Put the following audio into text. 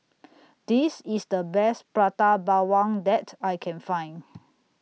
This IS The Best Prata Bawang that I Can Find